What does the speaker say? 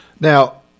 Now